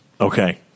okay